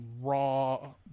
raw